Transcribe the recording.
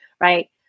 Right